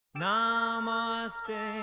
Namaste